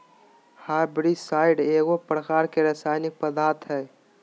herbicide एगो प्रकार के रासायनिक पदार्थ हई